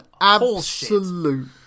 absolute